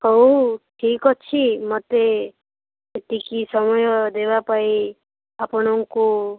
ହଉ ଠିକ୍ ଅଛି ମୋତେ ଏତିକି ସମୟ ଦେବା ପାଇଁ ଆପଣଙ୍କୁ